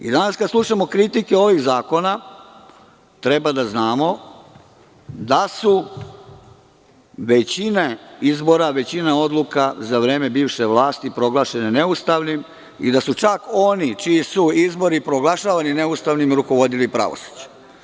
Danas kada slušamo kritike ovih zakona, treba da znamo da su većina izbora, većina odluka za vreme bivše vlasti proglašene neustavnim i da su čak oni čiji su izbori proglašavani neustavnim, rukovodili pravosuđem.